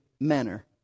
manner